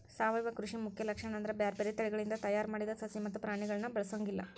ಸಾವಯವ ಕೃಷಿ ಮುಖ್ಯ ಲಕ್ಷಣ ಅಂದ್ರ ಬ್ಯಾರ್ಬ್ಯಾರೇ ತಳಿಗಳಿಂದ ತಯಾರ್ ಮಾಡಿದ ಸಸಿ ಮತ್ತ ಪ್ರಾಣಿಗಳನ್ನ ಬಳಸೊಂಗಿಲ್ಲ